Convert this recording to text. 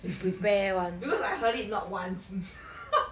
because I heard it not once